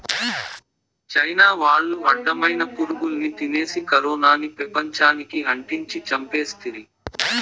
China వాళ్లు అడ్డమైన పురుగుల్ని తినేసి కరోనాని పెపంచానికి అంటించి చంపేస్తిరి